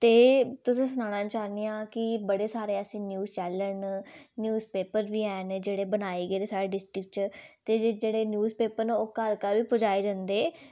ते तुसें ई सनाना चाह्न्नी आं कि बड़े सारे ऐसे न्यूज चैनल न न्यूज पेपर बी है' जेह्ड़े बनाए गेदे न साढ़े डिस्ट्रिक्ट च ते जेह्ड़े न्यूज पेपर न ओह् घर घर बी पजाए जंदे